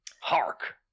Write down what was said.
Hark